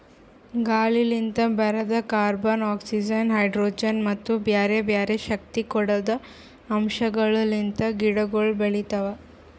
ಗಾಳಿಲಿಂತ್ ಬರದ್ carbon, oxygen, hydrogen ಮತ್ತ ಬ್ಯಾರೆ ಬ್ಯಾರೆ ಶಕ್ತಿ ಕೊಡದ್ ಅಂಶಗೊಳ್ ಲಿಂತ್ ಗಿಡಗೊಳ್ ಬೆಳಿತಾವ್